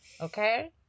okay